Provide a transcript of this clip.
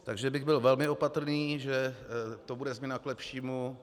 Takže bych byl velmi opatrný, že to bude změna k lepšímu.